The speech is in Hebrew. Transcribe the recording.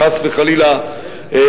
חס וחלילה,